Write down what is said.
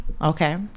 okay